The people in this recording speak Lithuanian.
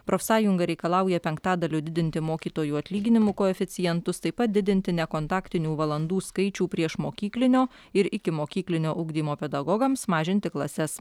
profsąjunga reikalauja penktadaliu didinti mokytojų atlyginimų koeficientus taip pat didinti nekontaktinių valandų skaičių priešmokyklinio ir ikimokyklinio ugdymo pedagogams mažinti klases